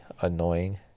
annoying